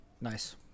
Nice